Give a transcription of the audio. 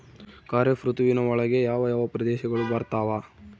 ಖಾರೇಫ್ ಋತುವಿನ ಒಳಗೆ ಯಾವ ಯಾವ ಪ್ರದೇಶಗಳು ಬರ್ತಾವ?